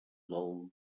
del